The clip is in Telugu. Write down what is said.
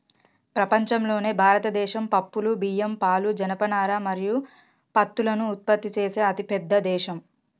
ప్రపంచంలోనే భారతదేశం పప్పులు, బియ్యం, పాలు, జనపనార మరియు పత్తులను ఉత్పత్తి చేసే అతిపెద్ద దేశం